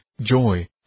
joy